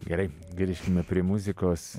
gerai grįžkime prie muzikos